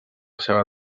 seua